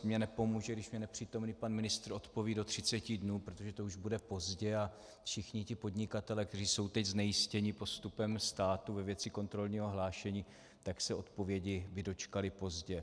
Mně nepomůže, když mi nepřítomný pan ministr odpoví do 30 dnů, protože to už bude pozdě a všichni ti podnikatelé, kteří jsou teď znejistěni postupem státu ve věci kontrolního hlášení, tak by se odpovědi dočkali pozdě.